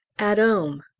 at ome,